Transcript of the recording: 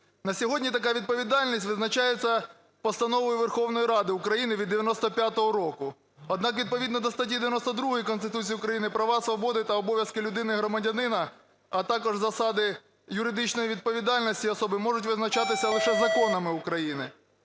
На сьогодні така відповідальність визначається Постановою Верховної Ради України від 95-го року. Однак, відповідно до статті 2 Конституції України, права, свободи та обов'язки людини і громадянина, а також засади юридичної відповідальності особи можуть визначатися лише законами України.